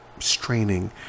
straining